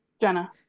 Jenna